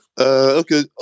Okay